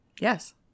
Yes